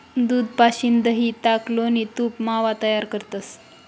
दूध पाशीन दही, ताक, लोणी, तूप, मावा तयार करतंस